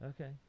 Okay